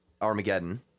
Armageddon